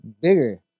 bigger